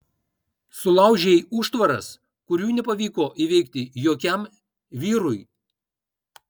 sulaužei užtvaras kurių nepavyko įveikti jokiam vyrui